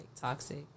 toxic